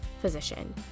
physician